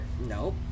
Nope